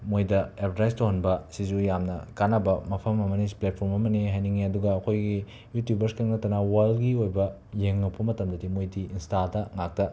ꯃꯣꯏꯗ ꯑꯦꯕꯔꯗꯥꯏꯁ ꯇꯧꯍꯟꯕ ꯁꯤꯁꯨ ꯌꯥꯝꯅ ꯀꯥꯟꯅꯕ ꯃꯐꯝ ꯑꯃꯅꯤ ꯄ꯭ꯂꯦꯠꯐꯣꯝ ꯑꯃꯅꯤ ꯍꯥꯏꯅꯤꯡꯏ ꯑꯗꯨꯒ ꯑꯩꯈꯣꯏꯒꯤ ꯌꯨꯇ꯭ꯌꯨꯕꯔꯁꯇꯪ ꯅꯠꯇꯅ ꯋꯥꯜꯒꯤ ꯑꯣꯏꯕ ꯌꯦꯡꯂꯛꯄ ꯃꯇꯝꯗꯗꯤ ꯃꯣꯏꯗꯤ ꯏꯟꯁꯇꯥꯗ ꯉꯥꯛꯇ